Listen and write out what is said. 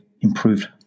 improved